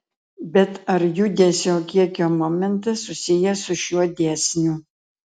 bet ar judesio kiekio momentas susijęs su šiuo dėsniu